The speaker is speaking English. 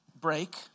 break